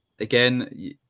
again